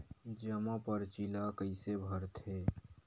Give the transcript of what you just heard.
जमा परची ल कइसे भरथे?